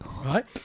right